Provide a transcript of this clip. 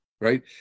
right